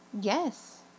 Yes